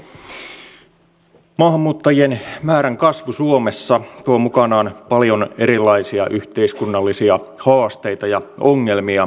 maahanmuuttajien määrän kasvu suomessa tuo mukanaan paljon erilaisia yhteiskunnallisia haasteita ja ongelmia